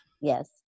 Yes